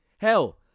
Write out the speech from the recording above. Hell